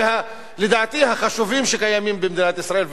ולדעתי החשובים שקיימים במדינת ישראל,